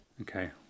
Okay